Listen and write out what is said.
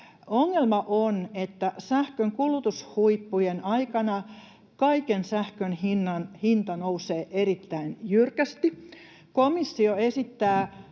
Ongelma on, että sähkön kulutushuippujen aikana kaiken sähkön hinta nousee erittäin jyrkästi. Komissio esittää,